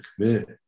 commit